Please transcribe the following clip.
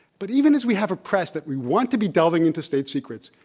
but even as we have a press that we want to be delving into state secrets,